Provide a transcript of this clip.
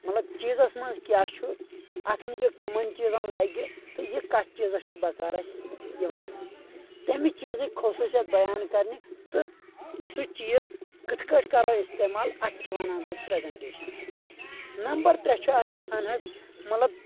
مطلب چیٖزَس منٛز کیاہ اَتھ اَتھ یہِ کٕمَن چیٖزن لَگہِ تہٕ یہِ کَتھ چیٖزس چھُ بَکار اسہِ یِوان حظ تمہِ چیٖزٕکۍ خٔصوٗصیت بیان کَرنہِ تہٕ سُہ چیٖز کِتھ کٲٹھۍ کَرو استعمال اَتھ چھِ ونان حظ پرٛیٚزَنٹیشَن حظ نمبر ترےٚ چھُ اسہِ آسان حظ مطلب